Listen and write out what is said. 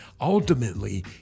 ultimately